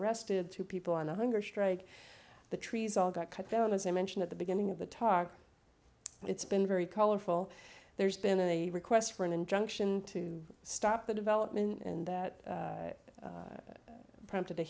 arrested two people on a hunger strike the trees all got cut down as i mentioned at the beginning of the talk and it's been very colorful there's been a request for an injunction to stop the development and that prompted